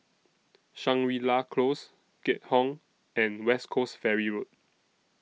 Shangri La Close Keat Hong and West Coast Ferry Road